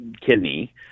kidney